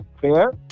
fair